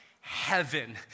heaven